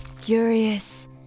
Curious